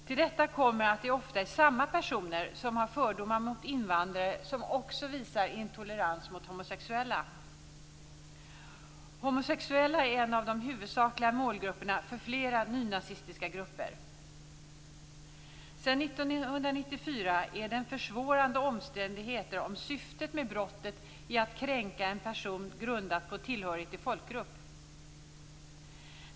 Till detta kommer att det ofta är samma personer som har fördomar mot invandrare som också visar intolerans mot homosexuella. Homosexuella är en av de huvudsakliga målgrupperna för flera nynazistiska grupper. Sedan 1994 är det en försvårande omständighet om syftet med brottet är att kränka en person grundat på dennes tillhörighet till folkgrupp.